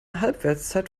halbwertszeit